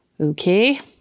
Okay